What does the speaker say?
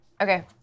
Okay